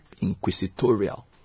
inquisitorial